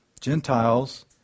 Gentiles